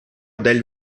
del